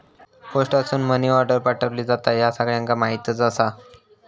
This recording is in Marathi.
पोस्टासून मनी आर्डर पाठवली जाता, ह्या सगळ्यांका माहीतच आसा